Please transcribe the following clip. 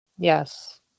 yes